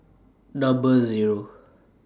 Number Zero